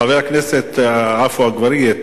חבר הכנסת עפו אגבאריה,